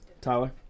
Tyler